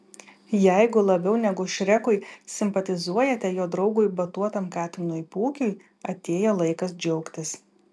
jeigu labiau negu šrekui simpatizuojate jo draugui batuotam katinui pūkiui atėjo laikas džiaugtis